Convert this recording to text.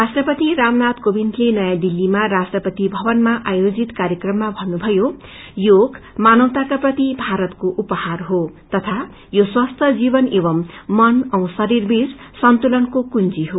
राष्ट्रपति रामनागि कोविन्दले नयोँ दिललीमा राष्ट्रपति भवनामा आयोजित कार्यक्रममा भन्नुभयो योग मानवताका प्रति भारतको उपहार हो तथा यो स्वस्थ्य जीवन एकम् मन औ शरीरकाबीच संतुलनको कुंजी हो